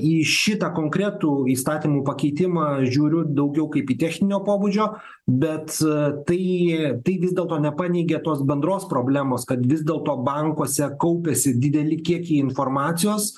į šitą konkretų įstatymų pakeitimą žiūriu daugiau kaip į techninio pobūdžio bet tai tai vis dėlto nepaneigė tos bendros problemos kad vis dėlto bankuose kaupiasi dideli kiekiai informacijos